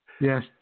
Yes